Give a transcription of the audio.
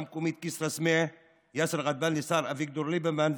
המקומית כסרא-סמיע יאסר גדבאן לשר אביגדור ליברמן,